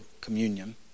communion